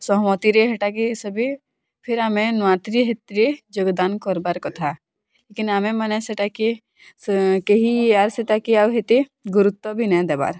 ସହମତିରେ ହେଟାକେ ସବେ ଫିର୍ ଆମେ ନୂଆ ତିରି ହେତିରେ ଯୋଗଦାନ୍ କରବାର୍ କଥା ଲିକିନ୍ ଆମେମାନେ ସେଟାକେ ସେ କେହି ଆର୍ ସେତାକେ ଆଉ ହେତେ ଗୁରୁତ୍ତ୍ୱ ବି ନାଇଁ ଦେବାର୍